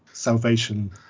salvation